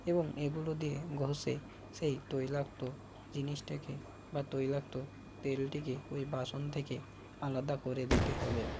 এবং এগুলো দিয়ে ঘষে সেই তৈলাক্ত জিনিসটাকে বা তৈলাক্ত তেলটিকে ওই বাসন থেকে আলাদা করে দিতে হবে